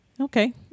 Okay